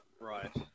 right